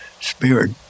spirit